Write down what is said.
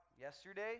yesterday